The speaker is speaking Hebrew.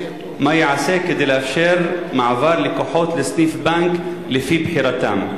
מה ייעשה כדי לאפשר מעבר לקוחות לסניף בנק לפי בחירתם?